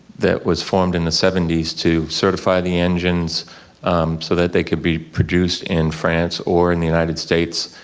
that was formed in the seventy s to certify the engines so that they could be produced in france or in the united states,